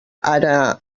ara